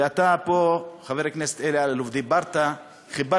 ואתה פה, חבר הכנסת אלי אלאלוף, חיברת דוח,